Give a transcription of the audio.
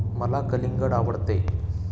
मला कलिंगड आवडते